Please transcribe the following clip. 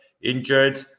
injured